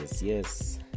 yes